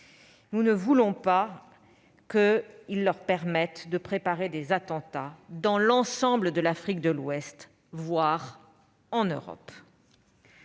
nous ne voulons pas qu'il leur permette de préparer des attentats dans l'ensemble de l'Afrique de l'Ouest, voire en Europe.